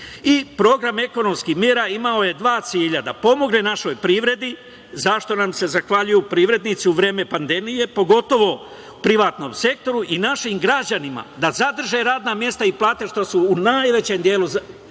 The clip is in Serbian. program ekonomskih mera imao je dva cilja. Da pomogne našoj privredi, zašto nam se zahvaljuju privrednici u vreme pandemije, pogotovo u privatnom sektoru, i našim građanima da zadrže radna mesta i plate što su u najvećem delu zadržali